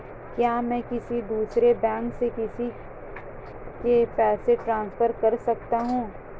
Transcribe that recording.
क्या मैं किसी दूसरे बैंक से किसी को पैसे ट्रांसफर कर सकता हूं?